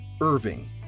Irving